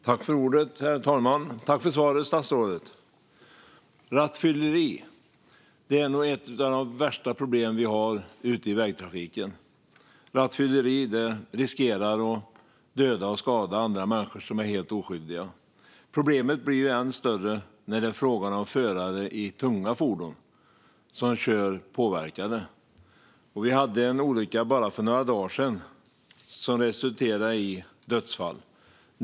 Herr talman! Jag tackar statsrådet för svaret. Rattfylleri är nog ett av de värsta problemen i vägtrafiken. Rattfylleri riskerar att döda och skada människor som är helt oskyldiga. Problemet blir än större när det är fråga om förare i tunga fordon som kör påverkade. Det var en olycka för bara några dagar sedan som resulterade i dödsfall.